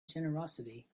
generosity